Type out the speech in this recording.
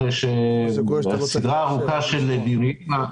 אחרי סדרה ארוכה של דיונים.